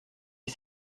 les